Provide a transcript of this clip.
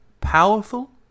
Powerful